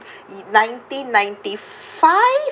nineteen ninety five